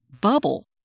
bubble